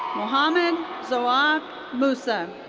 muhammad zohaib moosa.